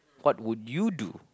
what would you do